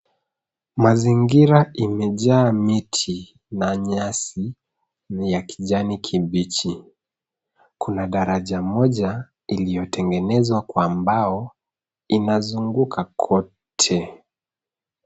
Mazingia imejaa miti na nyasi ya kijani kibichi. Kuna daraja moja iliyotengenezwa kwa mbao inazunguka kote.